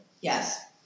Yes